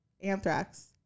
Anthrax